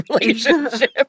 relationship